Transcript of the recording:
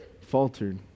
faltered